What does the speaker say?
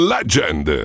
Legend